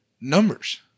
numbers